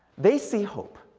they see hope,